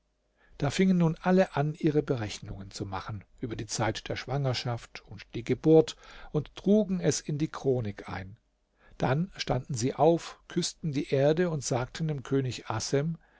da fingen nun alle an ihre berechnungen zu machen über die zeit der schwangerschaft und die geburt und trugen es in die chronik ein dann standen sie auf küßten die erde und sagten dem könig assem